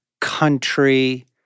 country